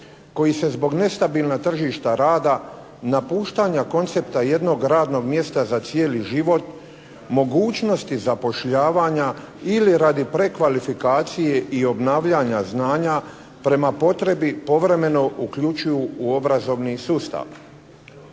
koji se zbog nestabilna tržišta rada, napuštanja koncepta jednog radnog mjesta za cijeli život, mogućnosti zapošljavanja ili radi prekvalifikacije i obnavljanja znanja prema potrebi povremeno uključuju u obrazovni sustav.